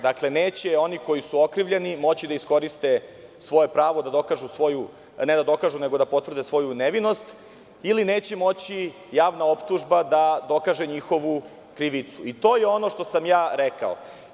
Dakle, neće oni koji su okrivljeni moći da iskoriste svoje pravo da potvrde svoju nevinost ili neće moći javna optužba da dokaže njihovu krivicu i to je ono što sam ja rekao.